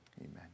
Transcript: amen